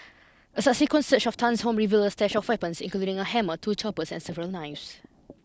a subsequent search of Tan's home revealed a stash of weapons including a hammer two choppers and several knives